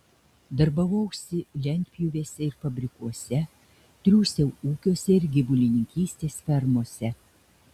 darbavausi lentpjūvėse ir fabrikuose triūsiau ūkiuose ir gyvulininkystės fermose